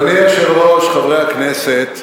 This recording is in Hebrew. אדוני היושב-ראש, חברי הכנסת,